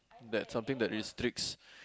that something that restricts